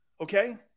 Okay